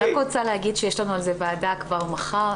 אני רק רוצה להגיד שיש לנו על זה ועדה כבר מחר,